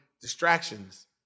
distractions